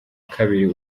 kabiri